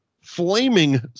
flaming